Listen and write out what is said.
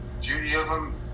Judaism